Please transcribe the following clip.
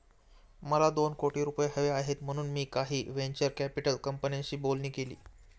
मला दोन कोटी रुपये हवे आहेत म्हणून मी काही व्हेंचर कॅपिटल कंपन्यांशी बोलणी केली